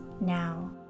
now